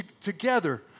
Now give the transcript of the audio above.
together